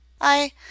I